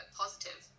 positive